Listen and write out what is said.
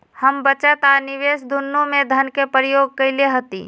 हम बचत आ निवेश दुन्नों में धन के प्रयोग कयले हती